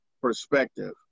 perspective